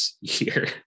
year